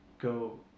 go